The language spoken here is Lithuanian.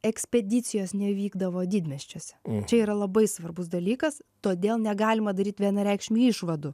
ekspedicijos nevykdavo didmiesčiuose čia yra labai svarbus dalykas todėl negalima daryt vienareikšmių išvadų